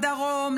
בדרום,